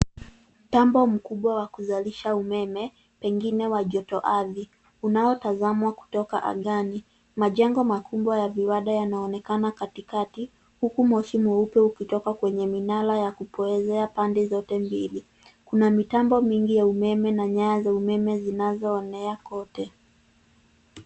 Mtambo mkubwa wa kuzalisha umeme, pengine wa jotoardhi, unaotazamwa kutoka angani. Majengo makubwa ya viwanda yanaonekana katikati huku moshi mweupe ukitoka kwenye minara ya kupoezea pande zote mbili. Kuna mitambo mingi ya umeme na nyaya za umeme zinazoenea kote.